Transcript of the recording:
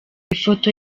ifoto